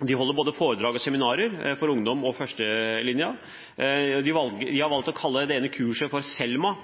De holder både foredrag og seminarer for ungdom og førstelinjen. Vi har valgt å kalle det ene kurset for SELMA,